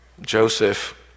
Joseph